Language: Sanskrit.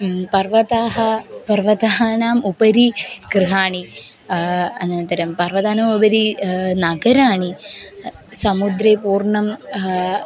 पर्वताः पर्वतानाम् उपरि गृहाणि अनन्तरं पर्वतानोमुपरि नगराणि समुद्रे पूर्णं